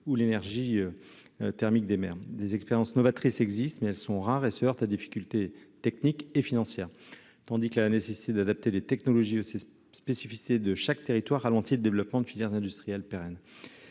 ou l'énergie thermique des mers, des expériences novatrices existent mais elles sont rares et soeur ta difficultés techniques et financières, tandis que la la nécessité d'adapter les technologies ses spécificités de chaque territoire ralentit le développement de filières industrielles pérennes